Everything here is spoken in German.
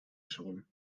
schon